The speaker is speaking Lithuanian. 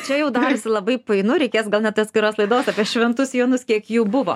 čia jau darosi labai painu reikės gal net atskiros laidos apie šventus jonus kiek jų buvo